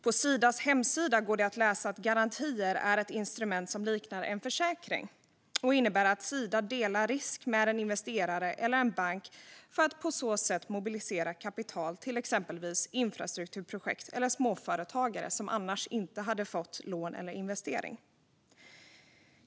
På Sidas hemsida går det att läsa att garantier är ett instrument som liknar en försäkring och innebär att Sida delar risk med en investerare eller en bank för att på så sätt mobilisera kapital till exempelvis infrastrukturprojekt eller småföretagare som annars inte hade fått lån eller investering.